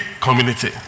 community